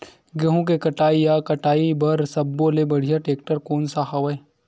गेहूं के कटाई या कटाई बर सब्बो ले बढ़िया टेक्टर कोन सा हवय?